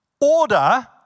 order